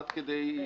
עד כדי איסור,